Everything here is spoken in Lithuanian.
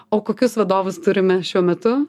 o kokius vadovus turime šiuo metu